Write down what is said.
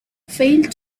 failed